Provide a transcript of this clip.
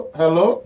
hello